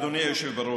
אדוני היושב בראש,